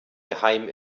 geheim